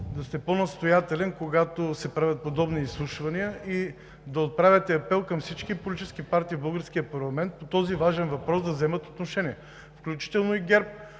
да сте по-настоятелен, когато се правят подобни изслушвания и да отправяте апел към всички политически партии в българския парламент, за да вземат отношение по този важен